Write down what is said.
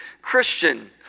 Christian